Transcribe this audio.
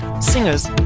singers